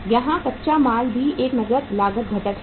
यहां कच्चा माल भी एक नकद लागत घटक है